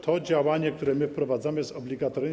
To działanie, które my wprowadzamy, jest obligatoryjne.